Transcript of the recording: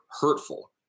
hurtful